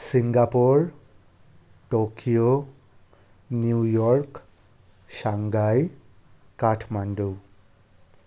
Singapore Tokyo New York Shanghai Kathmandu